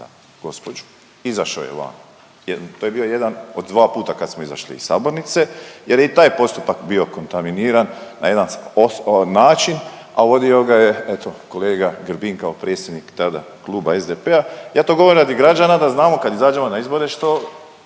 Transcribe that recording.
gđu, izašao je van. To je bio jedan od dva puta kad smo izašli iz sabornice jer je i taj postupak bio kontaminiran na jedan način, a vodio ga je, eto, kolega Grbin kao predsjednik tada, kluba SDP-a. Ja to govorim radi građana da znamo kad izađemo na izbore, što